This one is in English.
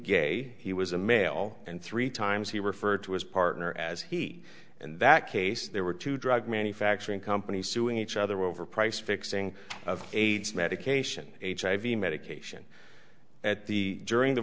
gay he was a male and three times he referred to his partner as he and that case there were two drug manufacturing companies suing each other over price fixing of aids medication hiv medication at the during the